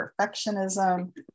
perfectionism